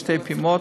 בשתי פעימות,